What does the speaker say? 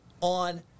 on